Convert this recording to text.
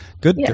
good